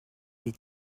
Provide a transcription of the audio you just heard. les